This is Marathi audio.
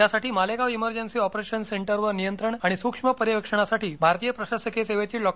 त्यासाठी मालेगाव इमर्जन्सी ऑपरेशन सेंटरवर नियंत्रण आणि सूक्ष्म पर्यवेक्षणासाठी भारतीय प्रशासकीय सेवेतील डॉ